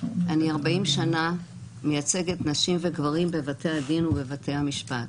אני 40 שנה מייצגת נשים וגברים בבתי הדין ובבתי המשפט.